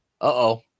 Uh-oh